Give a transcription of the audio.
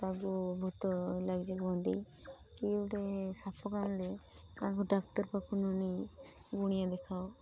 ତାକୁ ଭୁତ ଲାଗିଛି କୁହନ୍ତି କି ଗୋଟିଏ ସାପ କାମୁଡ଼ିଲେ ତାକୁ ଡାକ୍ତର ପାଖକୁ ନ ନେଇ ଗୁଣିଆ ଦେଖାଅ